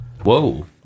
Whoa